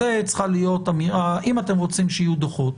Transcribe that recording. אם אתם רוצים שיהיו דוחות,